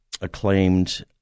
acclaimed